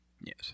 Yes